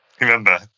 Remember